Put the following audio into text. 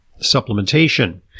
supplementation